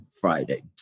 Friday